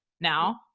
now